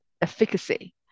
efficacy